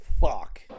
fuck